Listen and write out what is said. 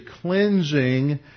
cleansing